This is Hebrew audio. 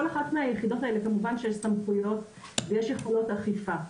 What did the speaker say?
לכל אחת מהיחידות האלה כמובן שיש סמכויות ויש יכולות אכיפה,